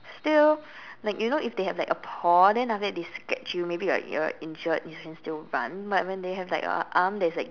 still like you know if they have like a paw then after that they scratch you maybe you're you're injured you can still run but when they have like a arm that is like